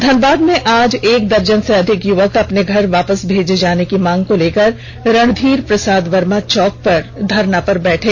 धनबाद में आज एक दर्जन से अधिक युवक अपने घर वापस भेजे जाने की मांग को लेकर रणधीर प्रसाद वर्मा चौक पर धरना पर बैठे